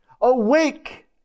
Awake